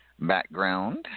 background